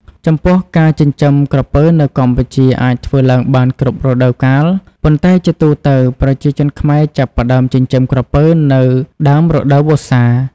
ចំពោះការចិញ្ចឹមក្រពើនៅកម្ពុជាអាចធ្វើឡើងបានគ្រប់រដូវកាល ប៉ុន្តែជាទូទៅ ប្រជាជនខ្មែរចាប់ផ្ដើមចិញ្ចឹមក្រពើនៅ ដើមរដូវវស្សា។